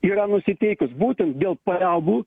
yra nusiteikus būtent dėl paliaubų